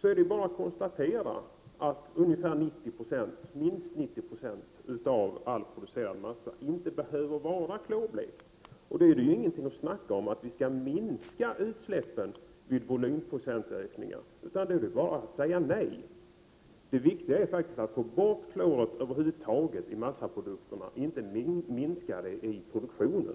kan man konstatera att minst 90 96 av all producerad massa inte behöver vara klorblekt. Då är det ingen idé att tala om huruvida utsläppen skall minska vid volymprocentökningar, utan då är det bara att säga nej. Det viktiga är faktiskt att få bort kloret ur massaprodukterna, inte att minska kloret vid produktionen.